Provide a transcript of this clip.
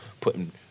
putting